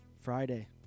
Friday